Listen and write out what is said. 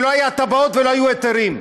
כשלא היו תב"עות ולא היו היתרים.